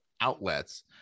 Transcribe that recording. outlets